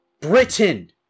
Britain